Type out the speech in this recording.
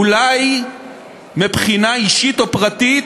אולי מבחינה אישית או פרטית